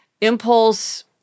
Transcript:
Impulse